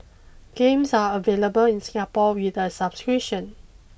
games are available in Singapore with a subscription